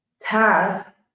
task